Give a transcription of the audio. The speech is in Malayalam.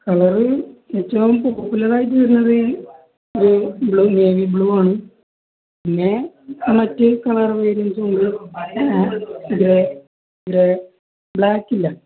കളറ് ഏറ്റവും പോപ്പുലറ ആായിട്ട് വരുന്നത് ഒരു ബ്ലൂ നേവി ബ്ലൂ ആണ് പിന്നെ മ മറ്റ് കളർ വേരിയൻസ ഉണ്ട് ഇ ഇ ബ്ലാക്കില്ല